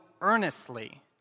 earnestly